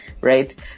Right